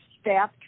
staff